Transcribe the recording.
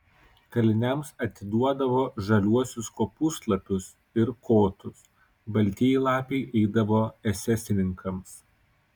kaliniams atiduodavo žaliuosius kopūstlapius ir kotus baltieji lapai eidavo esesininkams